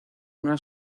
una